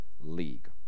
league